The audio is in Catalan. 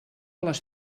les